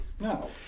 No